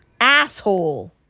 asshole